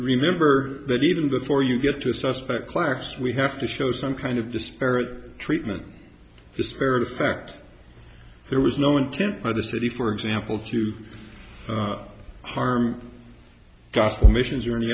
remember that even before you get to a suspect class we have to show some kind of disparate treatment disparate effect there was no intent by the city for example through harm gospel missions or any